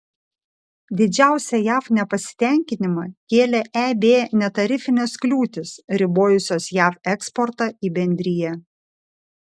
didžiausią jav nepasitenkinimą kėlė eb netarifinės kliūtys ribojusios jav eksportą į bendriją